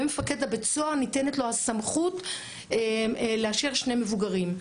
למפקד בית הסוהר הסמכות לאשר שני מבוגרים.